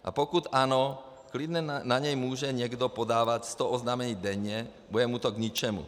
A pokud ano, klidně na něj může někdo podávat sto oznámení denně, bude mu to k ničemu.